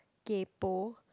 kaypoh